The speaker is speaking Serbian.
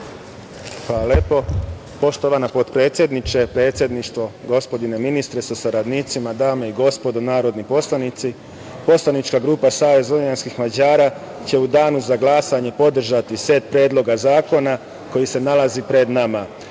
Hvala. Poštovana potpredsedniče, predsedništvo, gospodine ministre sa saradnicima, dame i gospodo narodni poslanici, poslanička grupa Savez vojvođanskih Mađara će u danu za glasanje podržati set predloga zakona koji se nalazi pred nama. Ja